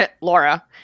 Laura